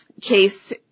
Chase